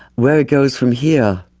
where it goes from here,